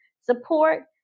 support